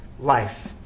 Life